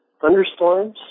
thunderstorms